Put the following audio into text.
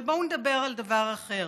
אבל בואו נדבר על דבר אחר: